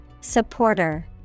Supporter